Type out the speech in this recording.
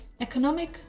Economic